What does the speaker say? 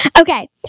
Okay